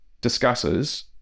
discusses